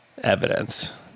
evidence